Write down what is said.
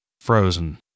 frozen